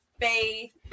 faith